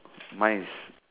mine is